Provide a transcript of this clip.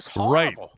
Right